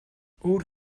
өөр